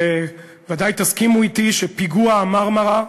בוודאי תסכימו אתי שפיגוע ה"מרמרה"